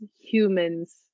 humans